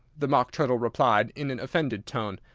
the mock turtle replied in an offended tone.